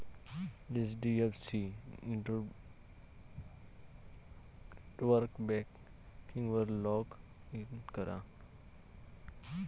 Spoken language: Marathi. एच.डी.एफ.सी नेटबँकिंगवर लॉग इन करा